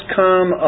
come